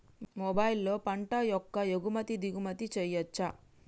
మొబైల్లో పంట యొక్క ఎగుమతి దిగుమతి చెయ్యచ్చా?